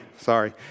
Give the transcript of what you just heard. sorry